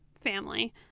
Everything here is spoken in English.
family